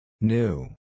New